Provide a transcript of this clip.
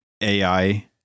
AI